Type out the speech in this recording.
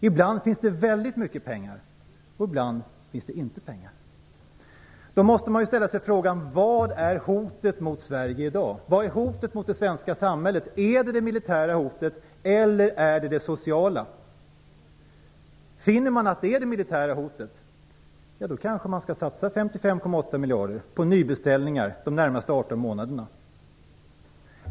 Ibland finns det väldigt mycket pengar, och ibland finns det inga pengar. Då måste man ju ställa sig frågan: Vad är hotet mot Sverige och det svenska samhället i dag? Rör det sig om det militära hotet eller det sociala hotet? Finner man att det handlar om det militära hotet, så kanske man skall satsa 55,8 miljarder på nybeställningar under de närmaste 18 månaderna.